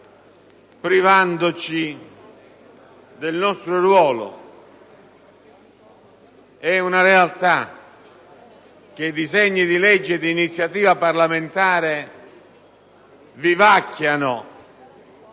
privandoci del nostro ruolo. È una realtà che i disegni di legge di iniziativa parlamentare vivacchiano